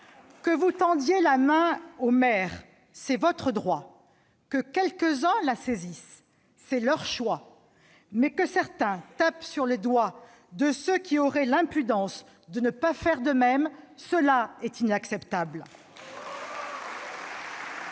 Que vous tendiez la main aux maires, c'est votre droit. Que quelques-uns la saisissent, c'est leur choix. Mais que certains tapent sur les doigts de ceux qui auraient l'impudence de ne pas faire de même, cela est inacceptable ! Les